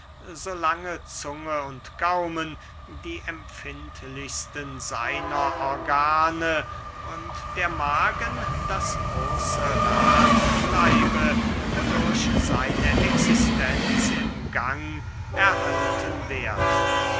so lange zunge und gaumen die empfindlichsten seiner organe und der magen das große rad bleibe wodurch seine existenz im gang erhalten werde